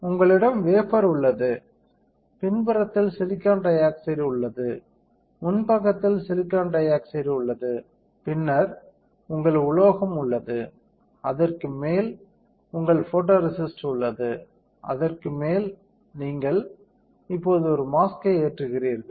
உங்களிடம் வேஃபர் உள்ளது பின்புறத்தில் சிலிக்கான் டை ஆக்சைடு உள்ளது முன் பக்கத்தில் சிலிக்கான் டை ஆக்சைடு உள்ளது பின்னர் உங்கள் உலோகம் உள்ளது அதற்கு மேல் உங்கள் ஃபோட்டோரேசிஸ்ட் உள்ளது அதற்கு மேல் நீங்கள் இப்போது ஒரு மாஸ்க்யை ஏற்றுகிறீர்கள்